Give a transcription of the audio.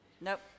Nope